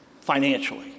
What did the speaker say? financially